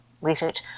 research